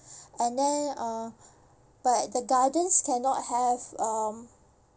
and then uh but the gardens cannot have um